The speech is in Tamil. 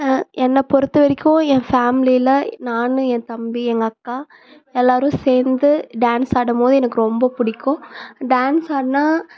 என்னை பொறுத்தவரைக்கும் என் ஃபேம்லியில் நான் என் தம்பி எங்கள் அக்கா எல்லாேரும் சேர்ந்து டான்ஸ் ஆடும் போது எனக்கு ரொம்ப பிடிக்கும் டான்ஸ் ஆடினா